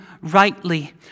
rightly